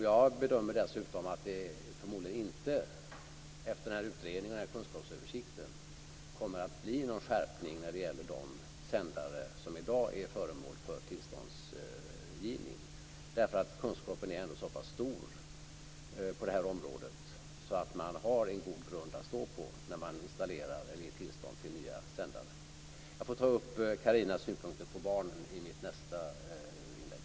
Jag bedömer dessutom att det förmodligen inte efter den här utredningen, den här kunskapsöversikten, kommer att bli någon skärpning när det gäller de sändare som i dag är föremål för tillståndsgivning. Kunskapen är ändå så pass stor på det här området att det finns en god grund att stå på när man installerar eller ger tillstånd till nya sändare. Jag får ta upp Carina Häggs synpunkter på barnen i mitt nästa inlägg.